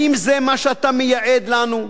האם זה מה שאתה מייעד לנו?